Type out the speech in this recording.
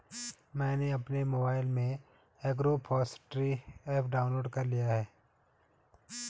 मैंने अपने मोबाइल में एग्रोफॉसट्री ऐप डाउनलोड कर लिया है